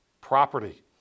property